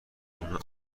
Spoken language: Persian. اونا